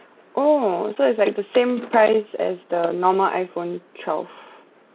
oh so it's like the same price as the normal iPhone twelve